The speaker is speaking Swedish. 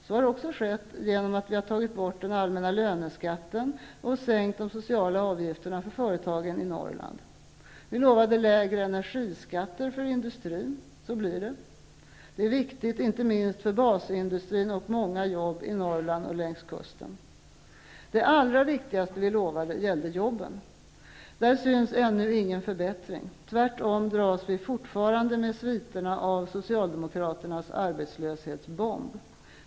så har skett genom att den allmänna löneskatten har tagits bort och de sociala avgifterna sänkts för företagen i Norrland. Vi lovade lägre energiskatter för industrin -- så blir det. Det är viktigt inte minst för basindustrin i Norrland och längs kusten. Det allra viktigaste vi lovade gällde jobben. Där syns ännu ingen förbättring -- tvärtom dras vi fortfarande med sviterna av Socialdemokraternas arbetslöshetsbomb.